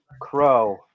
Crow